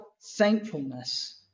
thankfulness